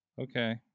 Okay